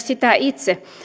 sitä myös itse